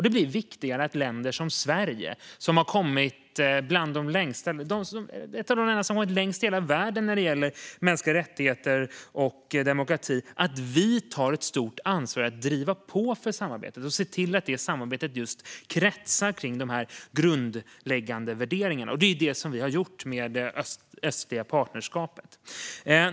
Det blir viktigare att länder som Sverige, ett av de länder som har kommit längst i världen i fråga om mänskliga rättigheter och demokrati, tar ett stort ansvar för att driva på för samarbete och se till att samarbetet kretsar kring de grundläggande värderingarna. Det har vi gjort med det östliga partnerskapet.